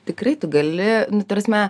tikrai tu gali nu ta prasme